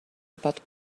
about